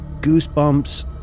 goosebumps